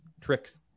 tricks